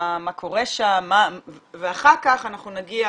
מה קורה שם, ואחר כך נגיע